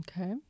Okay